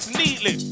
neatly